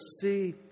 see